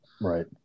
Right